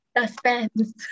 Suspense